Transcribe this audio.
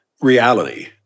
reality